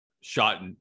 shot